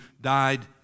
died